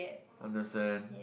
understand